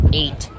eight